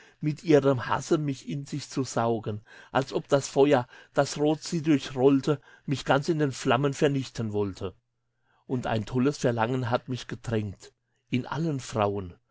mit ihrem hasse mich in sich zu saugen als ob das feuer das rot sie durchrollte mich ganz in den flammen vernichten wollte und ein tolles verlangen hat mich gedrängt in allen frauen